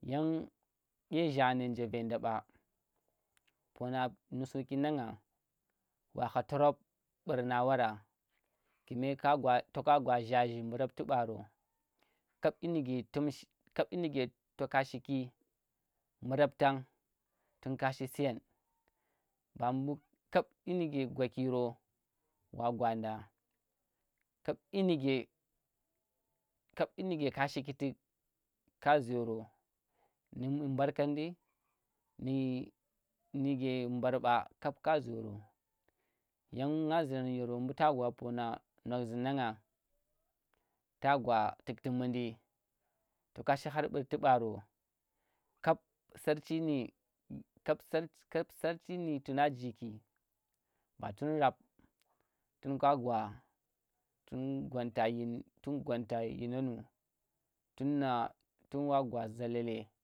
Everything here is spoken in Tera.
Yang dye zhane nje veen da ɓa pona nusuki nan nga waha torub burna wara kume ka gwa toka gwa zhazhi mbu rati baro kap yinike tomshi toka shiki mbu rabta tun kashi siyen kap yinike gwa ki ro wa gwannda kap yiniku kap yinike ka shiki tuk ka zoro ndi mbarkandi nu nike mbarɓa kab ka zoro yan nga zirang yoro mbu ta gwa pona nozzhi nanga ta gwa tukti mundi toka shi har burti ɓaro kap sarchi nyi kap sar- kap sarchi nyi tune jiki ba tun rab tunka gwa tun gwa tun gwanta yinonu tun ngatun wa gwa zalale